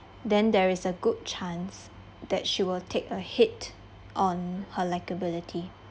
then there is a good chance that she will take a hit on her likability